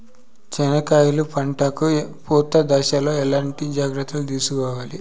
చెనక్కాయలు పంట కు పూత దశలో ఎట్లాంటి జాగ్రత్తలు తీసుకోవాలి?